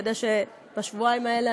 כדי שבשבועיים האלה,